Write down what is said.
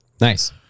Nice